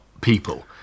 people